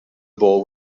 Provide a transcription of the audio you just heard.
bowl